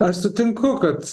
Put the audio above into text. aš sutinku kad